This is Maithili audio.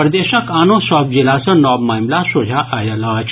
प्रदेशक आनो सभ जिला सॅ नव मामिला सोझा आयल अछि